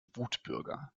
wutbürger